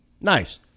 Nice